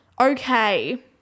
okay